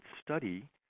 study